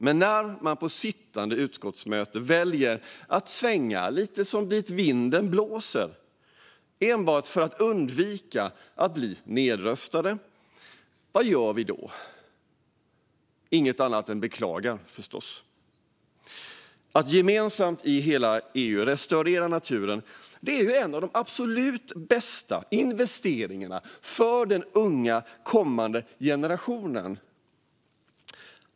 Men vad kan vi göra när de på sittande utskottsmöte väljer att svänga lite dit vinden blåser enbart för att undvika att bli nedröstade? Vi kan förstås inte göra något annat än beklaga. Att gemensamt i hela EU restaurera naturen är en av de absolut bästa investeringarna för den unga, kommande generationen.